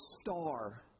star